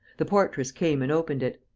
the portress came and opened it.